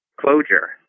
closure